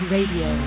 Radio